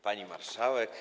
Pani Marszałek!